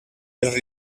els